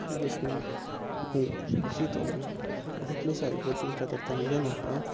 एकस्मिन् उषितुं बहु क्लेशाय भवति तदर्थं जनाः